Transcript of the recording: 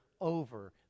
over